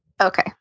Okay